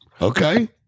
Okay